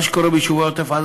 מה שקורה ביישובי עוטף-עזה,